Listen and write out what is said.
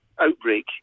outbreak